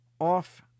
Off